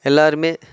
எல்லோருமே